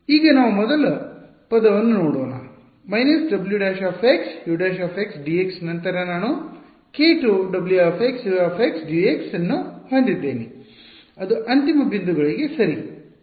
ಈಗ ನಾವು ಮೊದಲ ಪದವನ್ನು ನೋಡೋಣ W′U′dx ನಂತರ ನಾನು k2WUdx ಅನ್ನು ಹೊಂದಿದ್ದೇನೆ ಅದು ಅಂತಿಮ ಬಿಂದುಗಳಿಗೆ ಸರಿ